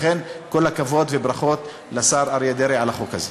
לכן, כל הכבוד וברכות לשר אריה דרעי על החוק הזה.